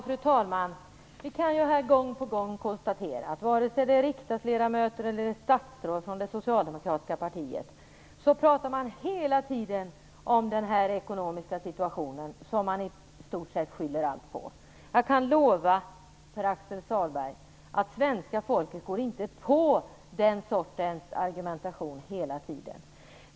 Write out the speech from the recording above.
Fru talman! Vi kan gång på gång konstatera att vare sig det är fråga om riksdagsledamöter eller statsråd från det socialdemokratiska partiet så talar man hela tiden om den ekonomiska situationen som man skyller i stort sett allting på. Jag kan lova Pär-Axel Sahlberg att svenska folket går inte på den sortens ständigt återkommande argumentation.